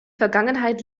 vergangenheit